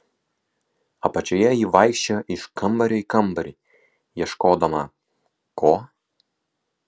apačioje ji vaikščiojo iš kambario į kambarį ieškodama ko